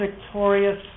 victorious